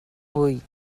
buit